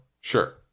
sure